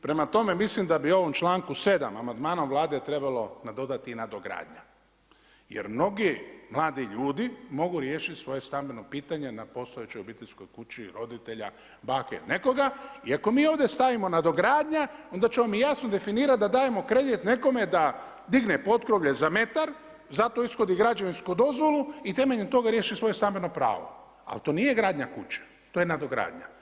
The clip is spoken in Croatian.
Prema tome mislim da bi ovom čl.7 amandmanom Vlade trebalo nadodati i nadogradanja, jer mnogi mladi ljudi mogu riješiti svoje stambeno pitanje na postojećoj obiteljskoj kući roditelja, bake nekoga, i ako mi ovdje stavimo nadogradnja, onda ćemo mi jasno definirati da dajemo kredit nekome da digne potkrovlje za metar, za to ishodi građevinsku dozvolu i temeljem toga riješi svoje stambeno pravo, ali to nije gradnja kuće, to je nadogradnja.